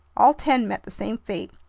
all ten met the same fate.